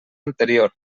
anterior